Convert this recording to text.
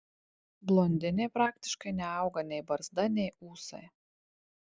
blondinei praktiškai neauga nei barzda nei ūsai